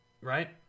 Right